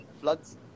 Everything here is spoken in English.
floods